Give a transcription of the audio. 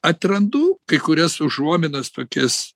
atrandu kai kurias užuominas tokias